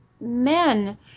men